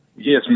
Yes